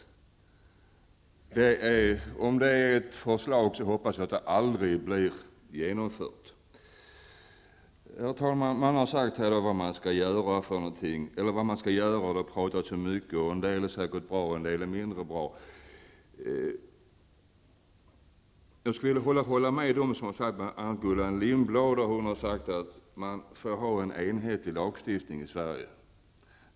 Om det är ett förslag hoppas jag att det aldrig blir genomfört. Herr talman! Det har här talats mycket om vad man skall göra. En del är säkert bra, och en del är mindre bra. Jag håller med dem, bl.a. Gullan Lindblad, som sagt att vi måste ha en enhetlig lagstiftning i Sverige.